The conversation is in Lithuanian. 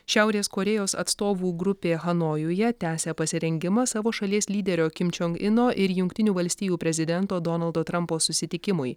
šiaurės korėjos atstovų grupė hanojuje tęsia pasirengimą savo šalies lyderio kim čiong ino ir jungtinių valstijų prezidento donaldo trumpo susitikimui